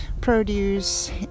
produce